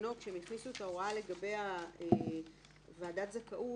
בזמנו כשהם הכניסו את ההוראה לגבי ועדת הזכאות,